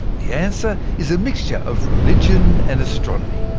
the answer is a mixture of religion and astronomy.